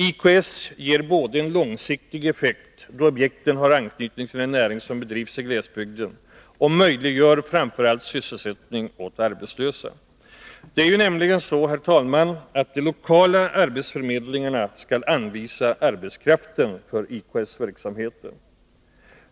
IKS ger en långsiktig effekt, då objekten har anknytning till den näring som bedrivs i glesbygden, men möjliggör framför allt sysselsättning åt arbetslösa. Det är nämligen så, herr talman, att de lokala arbetsförmedlingarna skall anvisa arbetskraften för IKS-verksamheten.